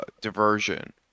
diversion